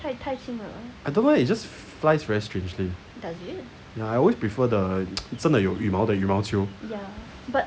I don't like it just flies very strangely ya I always prefer the 真的有羽毛的羽毛球